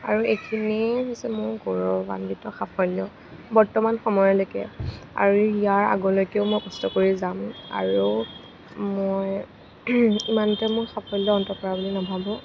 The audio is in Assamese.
আৰু এইখিনিয়ে হৈছে মোৰ গৌৰৱান্বিত সাফল্য বৰ্তমান সময়লৈকে আৰু ইয়াৰ আগলৈকে মই কষ্ট কৰি যাম আৰু মই ইমানতে মোৰ সাফল্য অন্ত পৰা বুলি নাভাবোঁ